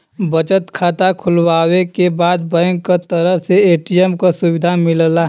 बचत खाता खुलवावे के बाद बैंक क तरफ से ए.टी.एम क सुविधा मिलला